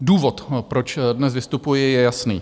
Důvod, proč dnes vystupuji, je jasný.